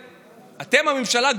הממשלה,